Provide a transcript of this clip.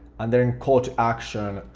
and then call to action,